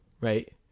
right